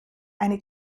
eine